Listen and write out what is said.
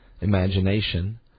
imagination